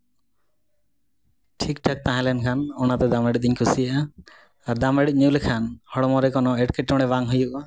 ᱴᱷᱤᱠᱼᱴᱷᱟᱠ ᱛᱟᱦᱮᱞᱮᱱᱠᱷᱟᱱ ᱚᱱᱟᱫᱚ ᱫᱟᱜ ᱢᱟᱲᱤᱫᱩᱧ ᱠᱩᱥᱤᱭᱟᱜᱼᱟ ᱟᱨ ᱫᱟᱜᱢᱟᱹᱰᱤ ᱧᱩ ᱞᱮᱠᱷᱟᱱ ᱦᱚᱲᱢᱚ ᱨᱮ ᱠᱳᱱᱳ ᱮᱴᱠᱮᱴᱚᱬᱮ ᱵᱟᱝ ᱦᱩᱭᱩᱜᱼᱟ